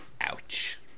Ouch